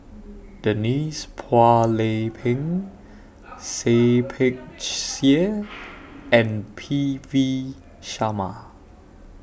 Denise Phua Lay Peng Seah Peck Seah and P V Sharma